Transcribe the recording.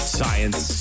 science